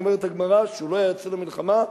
אומרת הגמרא שהוא לא יצא למלחמה,